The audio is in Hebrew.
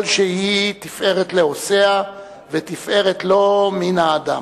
כל שהיא תפארת לעושיה ותפארת לו מן האדם".